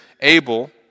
Abel